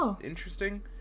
interesting